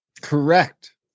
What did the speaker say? Correct